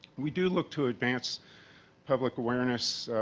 we do look to advance public awareness,